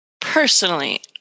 personally